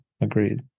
agreed